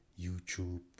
YouTube